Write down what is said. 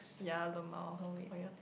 ya lmao oh ya